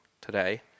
today